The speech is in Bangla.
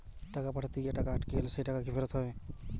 টাকা পাঠাতে গিয়ে টাকা আটকে গেলে সেই টাকা কি ফেরত হবে?